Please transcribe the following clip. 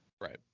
Right